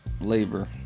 labor